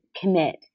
commit